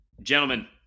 Gentlemen